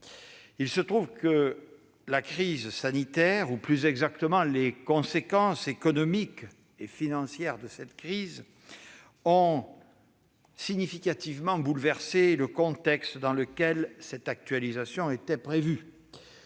Il se trouve que la crise sanitaire, ou plus exactement ses conséquences économiques et financières, a significativement bouleversé le contexte dans lequel cette actualisation était prévue.